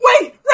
wait